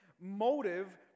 motive